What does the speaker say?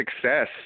success